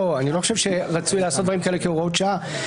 אני לא חושב שרצוי לעשות דברים כאלה כהוראת שעה.